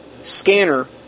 Scanner